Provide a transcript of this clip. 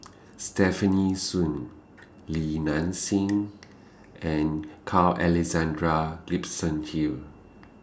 Stefanie Sun Li Nanxing and Carl Alexandral Gibson Hill